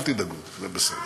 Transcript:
אל תדאגו, זה בסדר.